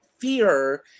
fear